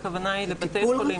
הכוונה היא לבתי חולים,